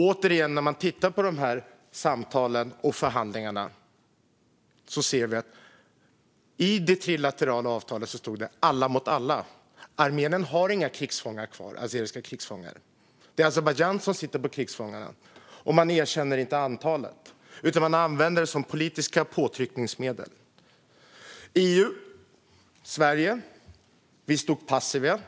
Återigen: När man tittar på samtalen och förhandlingarna ser man att det i det trilaterala avtalet stod alla mot alla. Men Armenien har inte kvar några azerbajdzjanska krigsfångar, utan det är Azerbajdzjan som sitter på krigsfångarna. Men de erkänner inte antalet utan använder dem som politiska påtryckningsmedel. I EU och Sverige står vi passiva.